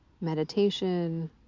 meditation